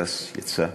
גטאס יצא,